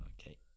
okay